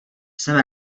jsem